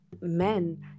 men